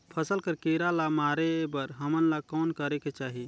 फसल कर कीरा ला मारे बर हमन ला कौन करेके चाही?